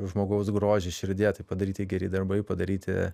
žmogaus grožį širdyje tai padaryti geri darbai padaryti